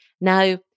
Now